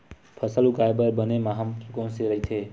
फसल उगाये बर बने माह कोन से राइथे?